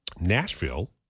Nashville